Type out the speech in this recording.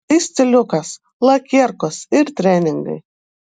tai stiliukas lakierkos ir treningai